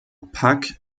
pak